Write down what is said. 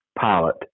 pilot